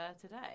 today